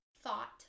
thought